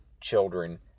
children